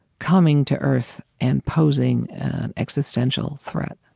coming to earth and posing an existential threat.